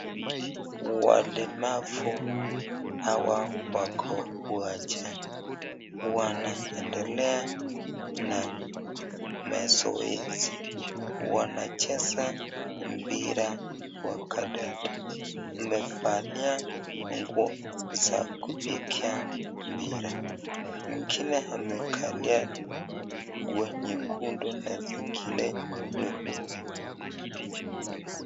Walemavu Hawa wako uwanjani wanaendelea na mazoezi wanacheza mpira wa kandanda wamevalia nguo za kupigia mpira mwingine amekalia nguo nyekundu na zingine fupifupi.